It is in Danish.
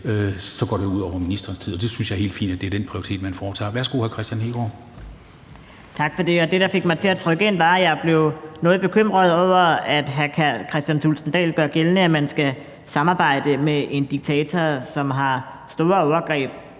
går det ud over ministerens tid, og jeg synes, det er helt fint, at det er den prioritet, man foretager. Værsgo, hr. Kristian Hegaard. Kl. 14:14 Kristian Hegaard (RV): Tak for det, og det, der fik mig til at trykke mig ind, var, at jeg blev noget bekymret over, at hr. Kristian Thulesen Dahl gør gældende, at man skal samarbejde med en diktator, som har store overgreb